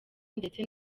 ndetse